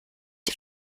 die